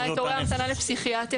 את תורי ההמתנה לפסיכיאטר,